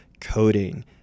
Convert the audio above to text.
coding